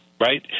right